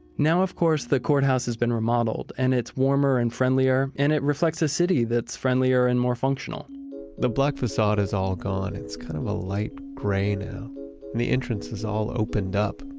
now, of course, the courthouse has been remodeled, and it's warmer and friendlier. and it reflects a city that's friendlier and more functional the black facade is all gone. it's kind of a light gray right now. and the entrance is all opened up.